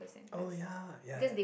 oh ya ya ya